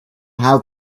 how